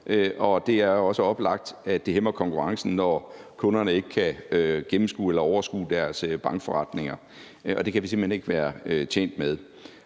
og det er også oplagt, at det hæmmer konkurrencen, når kunderne ikke kan gennemskue eller overskue deres bankforretninger, og det kan vi simpelt hen ikke være tjent med.